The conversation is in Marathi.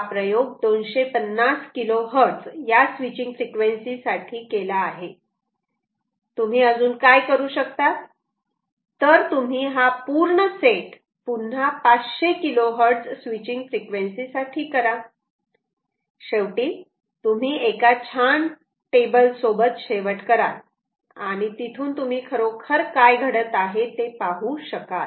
हा प्रयोग 250 KHz या स्विचींग फ्रिक्वेन्सी साठी केला आहे तुम्ही अजून काय करू शकतात तर तुम्ही हा पूर्ण सेट पुन्हा 500 KHz स्विचींग फ्रिक्वेन्सी साठी करा शेवटी तुम्ही एका छान टेबल सोबत शेवट कराल आणि तिथून तुम्ही खरोखर काय घडत आहे हे पाहू शकाल